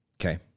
okay